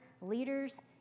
leaders